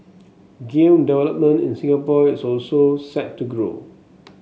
game development in Singapore is also set to grow